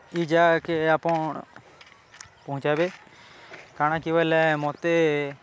ଇ ଯାଗାକେ ଆପଣ୍ ପହଞ୍ଚାବେ କାଣାକି ବଏଲେ ମତେ